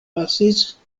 pasis